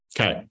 okay